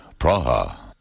Praha